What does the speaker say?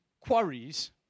quarries